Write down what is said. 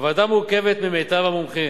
הוועדה מורכבת ממיטב המומחים,